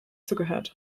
zugehört